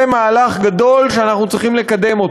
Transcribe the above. זה מהלך גדול שאנחנו צריכים לקדם.